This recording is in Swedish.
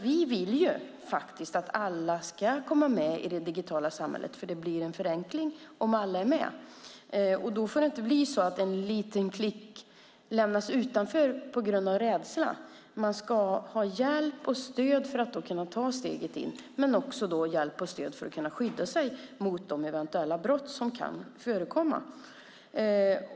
Vi vill att alla ska komma med i det digitala samhället eftersom det blir en förenkling om alla är med. Det får inte vara så att en liten klick lämnas utanför på grund av rädsla. Man ska få hjälp och stöd för att kunna ta steget in och för att kunna skydda sig mot de brott som kan förekomma.